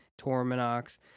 Torminox